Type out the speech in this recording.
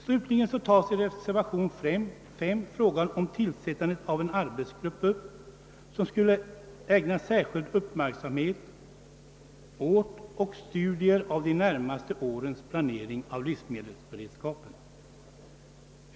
Slutligen tar reservation 5 upp frågan om tillsättandet av en arbetsgrupp som skulle ägna särskild uppmärksamhet åt och studera de närmaste årens planering av livsmedelsberedskapen.